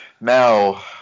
Now